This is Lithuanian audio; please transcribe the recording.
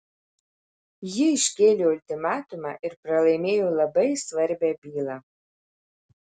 ji iškėlė ultimatumą ir pralaimėjo labai svarbią bylą